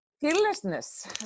fearlessness